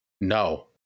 No